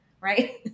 right